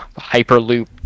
hyperloop